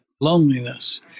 loneliness